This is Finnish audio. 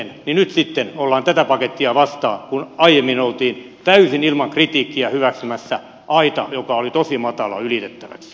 niin nyt sitten ollaan tätä pakettia vastaan kun aiemmin oltiin täysin ilman kritiikkiä hyväksymässä aita joka oli tosi matala ylitettäväksi